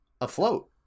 afloat